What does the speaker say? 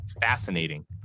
fascinating